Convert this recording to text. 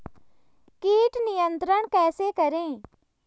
कीट नियंत्रण कैसे करें?